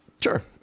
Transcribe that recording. Sure